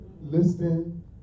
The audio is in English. Listen